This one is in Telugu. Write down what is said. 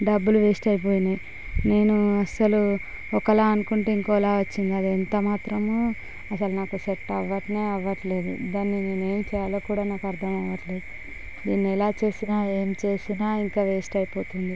డబ్బులు వేస్ట్ అయిపోయాయి నేను అస్సలు ఒకలా అనుకుంటే ఇంకోకలా వచ్చింది అది ఎంత మాత్రమూ అసలు నాకు సెట్ అవ్వట్లేదు అవ్వని అవ్వట్లేదు దాన్ని నేను ఏం చేయాలో నాకు అర్థం అవ్వట్లేదు దీన్ని ఎలా చేసిన ఏం చేసినా ఇక వేస్ట్ అయిపోతుంది